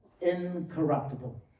incorruptible